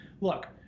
Look